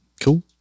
Cool